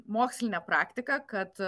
mokslinė praktika kad